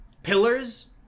pillars